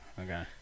Okay